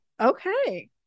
okay